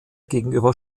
gegenüber